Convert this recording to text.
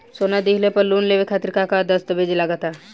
सोना दिहले पर लोन लेवे खातिर का का दस्तावेज लागा ता?